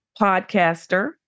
podcaster